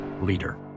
leader